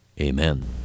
Amen